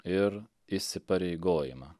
ir įsipareigojimą